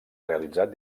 realitzat